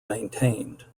maintained